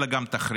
אלא גם תחריף.